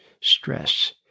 stress